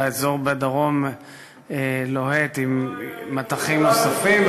אזור הדרום לוהט עם מטחים נוספים,